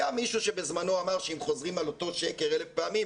היה מישהו שבזמנו אמר שאם חוזרים על אותו שקר אלף פעמים,